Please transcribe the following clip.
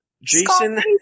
Jason